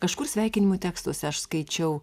kažkur sveikinimų tekstuose aš skaičiau